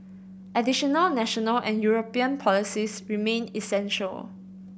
additional national and European policies remain essential